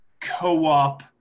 co-op